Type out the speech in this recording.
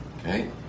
Okay